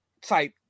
type